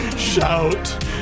Shout